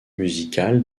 musical